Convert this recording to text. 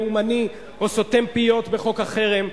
לאומני או סותם פיות בחוק החרם,